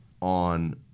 on